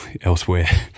Elsewhere